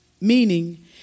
meaning